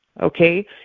okay